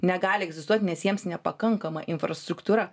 negali egzistuot nes jiems nepakankama infrastruktūra